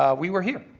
we were here.